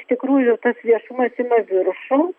iš tikrųjų tas viešumas ima viršų